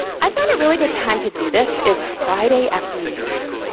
i find a really good time to do this is friday afternoons.